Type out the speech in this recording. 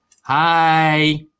hi